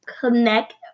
connect